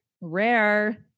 rare